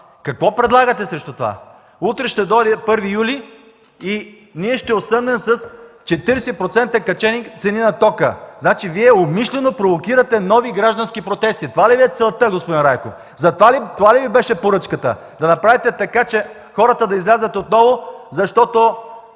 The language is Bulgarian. Какво предлагате срещу това? Утре ще дойде 1 юли и ние ще осъмнем с 40% качени цени на тока. Значи Вие умишлено провокирате нови граждански протести. Това ли Ви е целта, господин Райков? Това ли Ви беше поръчката – да направите така, че хората да излязат отдолу, защото